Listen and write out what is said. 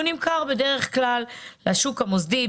והוא נמכר בדרך כלל לשוק המוסדי,